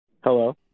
Hello